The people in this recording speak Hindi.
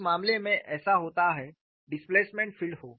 इस मामले में ऐसा होता है डिस्प्लेसमेंट फील्ड हो